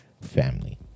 family